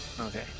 Okay